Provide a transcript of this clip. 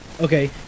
Okay